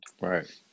Right